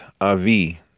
Avi